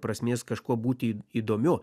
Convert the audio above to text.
prasmės kažkuo būti įdomiu